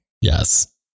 Yes